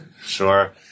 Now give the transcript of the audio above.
Sure